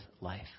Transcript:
life